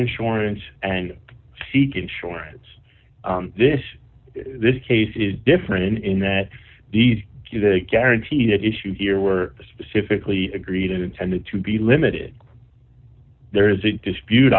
insurance and seek insurance this this case is different in that the guaranteed issue here were specifically agreed intended to be limited there is a dispute